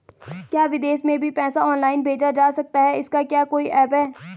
क्या विदेश में भी पैसा ऑनलाइन भेजा जा सकता है इसका क्या कोई ऐप है?